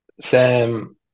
Sam